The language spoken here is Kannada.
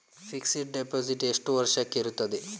ಫಿಕ್ಸೆಡ್ ಡೆಪೋಸಿಟ್ ಎಷ್ಟು ವರ್ಷಕ್ಕೆ ಇರುತ್ತದೆ?